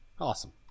Awesome